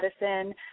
medicine